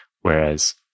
Whereas